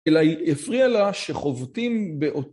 אלא היא הפריעה לה שחובטים באותה...